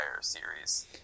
series